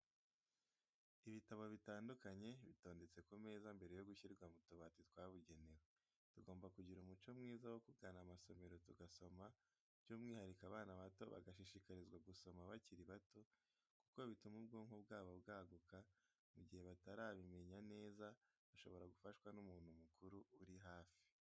Ibitabo bitandukanye bitondetse ku meza mbere yo gushyirwa mu tubati twabugenewe, tugomba kugira umuco mwiza wo kugana amasomero tugasoma, by'umwihariko abana bato bagashishikarizwa gusoma bakiri bato kuko bituma ubwonko bwabo bwaguka, mu gihe batarabimenya neza bashobora gufashwa n'umuntu mukuru uri hafi.